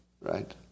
right